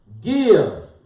Give